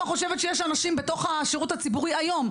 חושבת שיש אנשים בתוך השירות הציבורי היום,